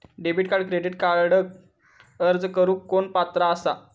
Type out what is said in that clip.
Debit आणि credit कार्डक अर्ज करुक कोण पात्र आसा?